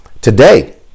Today